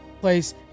place